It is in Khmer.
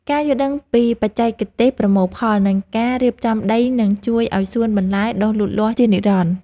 ការយល់ដឹងពីបច្ចេកទេសប្រមូលផល និងការរៀបចំដីនឹងជួយឱ្យសួនបន្លែដុះលូតលាស់ជានិរន្តរ៍។